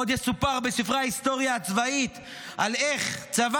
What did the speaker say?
עוד יסופר בספרי ההיסטוריה הצבאית על איך צבא